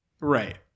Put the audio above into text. right